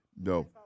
No